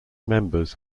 members